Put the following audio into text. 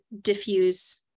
diffuse